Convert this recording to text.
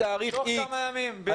מתאריך איקס יהיה.